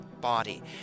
body